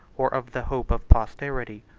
or of the hope of posterity.